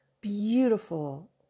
beautiful